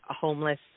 homeless